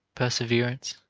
perseverance,